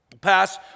pass